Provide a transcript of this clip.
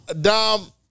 Dom